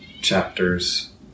chapters